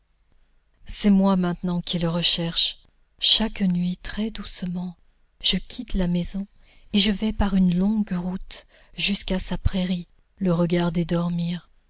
c'est moi maintenant qui le recherche chaque nuit très doucement je quitte la maison et je vais par une longue route jusqu'à sa prairie le regarder dormir